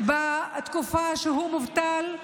בתקופה שבה הוא מובטל,